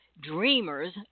dreamers